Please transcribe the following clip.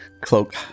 cloak